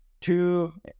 two